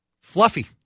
Fluffy